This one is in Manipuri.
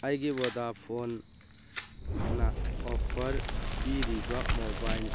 ꯑꯩꯒꯤ ꯚꯣꯗꯥꯐꯣꯟꯅ ꯑꯣꯐꯔ ꯄꯤꯔꯤꯕ ꯃꯣꯕꯥꯏꯜ